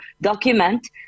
document